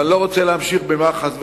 ואני לא רוצה להמשיך במה חס וחלילה,